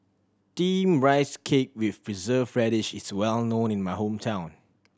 Steamed Rice Cake with Preserved Radish is well known in my hometown